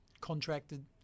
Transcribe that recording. contracted